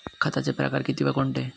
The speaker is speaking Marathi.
खताचे प्रकार किती व कोणते?